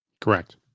Correct